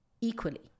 equally